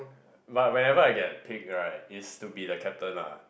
but whenever I get picked alright it's to be the captain lah